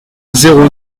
zéro